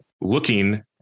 looking